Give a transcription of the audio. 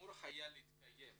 אמור היה להתקיים